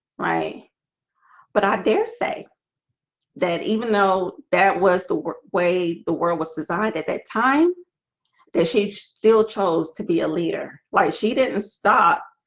right but i dare say that even though that was the work way the world was designed at that time that she still chose to be a leader why she didn't stop?